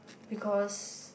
because